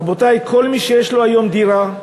רבותי, כל מי שיש לו היום דירה,